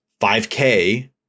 5k